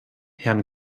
herrn